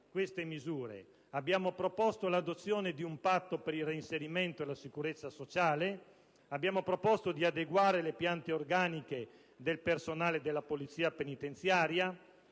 queste misure; abbiamo proposto l'adozione di un patto per il reinserimento e la sicurezza sociale; abbiamo proposto di adeguare le piante organiche del personale della Polizia penitenziaria;